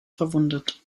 verwundet